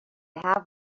have